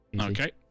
Okay